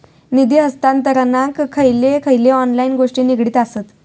निधी हस्तांतरणाक खयचे खयचे ऑनलाइन गोष्टी निगडीत आसत?